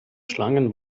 schlangen